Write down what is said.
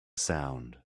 sound